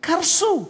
קרסו.